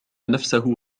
نفسه